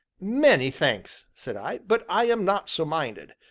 many thanks, said i, but i am not so minded,